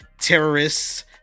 terrorists